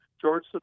George